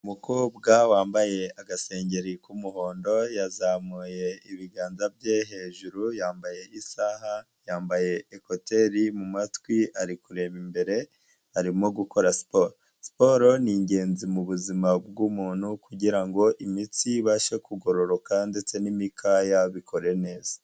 Umukobwa wambaye agasengeri k'umuhondo yazamuye ibiganza bye hejuru, yambaye isaha, yambaye ekuteri mu matwi, ari kureba imbere, arimo gukora siporo, siporo ni ingenzi mu buzima bw'umuntu kugira ngo imitsi ibashe kugororoka ndetse n'imikaya bikore neza.